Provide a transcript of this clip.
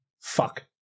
Fuck